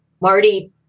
Marty